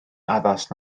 addas